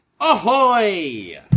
Ahoy